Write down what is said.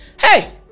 Hey